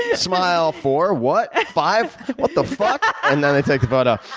yeah smile. four, what? five? what the fuck? and then i take the but